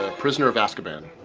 ah prisoner of azkaban.